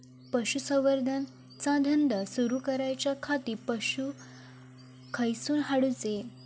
पशुसंवर्धन चा धंदा सुरू करूच्या खाती पशू खईसून हाडूचे?